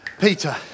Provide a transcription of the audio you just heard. Peter